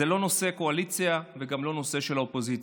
זה לא נושא של הקואליציה וגם לא נושא של האופוזיציה,